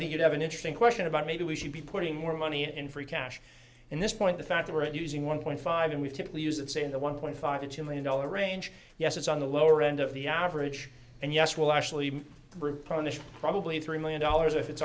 think you have an interesting question about maybe we should be putting more money in free cash in this point the fact that we're using one point five and we typically use it say in the one point five to two million dollars range yes it's on the lower end of the average and yes we'll actually bring punished probably three million dollars if it's